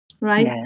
Right